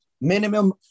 minimum